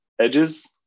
edges